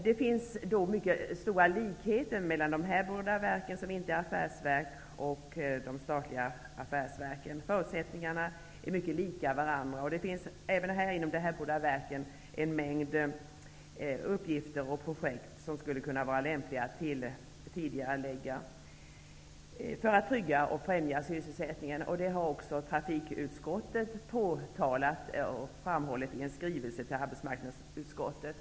Det finns mycket stora likheter mellan de här båda verken, som inte är affärsverk, och de statliga affärsverken. Förutsättningarna är mycket likartade. Det finns även inom Banverket och Vägverket en mängd uppgifter och projekt som skulle kunna vara lämpliga att tidigarelägga för att trygga och främja sysselsättningen. Detta har också trafikutskottet framhållit i en skrivelse till arbetsmarknadsutskottet.